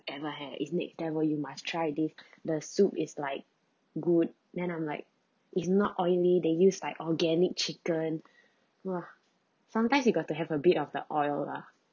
ever had is next level you must try this the soup is like good then I'm like is not oily they use like organic chicken !wah! sometimes you got to have a bit of the oil lah